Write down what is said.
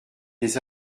des